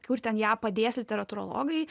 kur ten ją padės literatūrologai